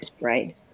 right